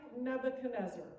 Nebuchadnezzar